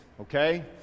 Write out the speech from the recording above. okay